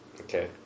Okay